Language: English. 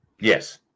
yes